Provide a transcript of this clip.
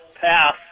pass